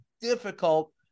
difficult